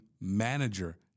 manager